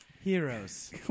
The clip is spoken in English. Heroes